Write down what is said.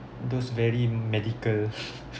those very medicals